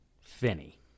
Finny